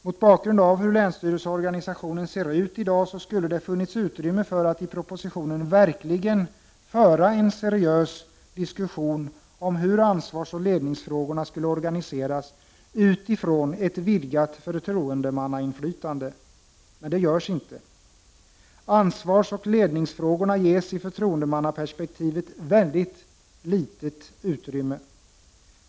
Mot bakgrund av hur länsstyrelseorganisationen ser ut i dag skulle det ha funnits utrymme för att i propositionen verkligen föra en seriös diskussion om hur ansvarsoch ledningsfrågorna skulle organiseras utifrån ett vidgat förtroendemannainflytande. Men det görs inte. Ansvarsoch ledningsfrågorna ges i förtroendemannaperspektivet väldigt litet utrymme.